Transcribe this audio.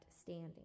standing